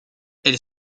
elle